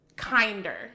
kinder